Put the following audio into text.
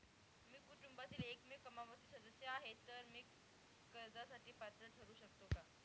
मी कुटुंबातील एकमेव कमावती सदस्य आहे, तर मी कर्जासाठी पात्र ठरु शकतो का?